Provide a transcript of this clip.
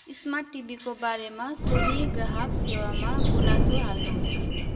smart टिभीको बारेमा Sony ग्राहक सेवामा गुनासो हाल्नुहोस्